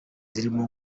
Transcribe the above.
zirimo